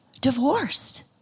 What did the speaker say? divorced